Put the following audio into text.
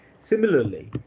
Similarly